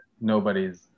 nobody's